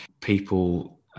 People